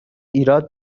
ایراد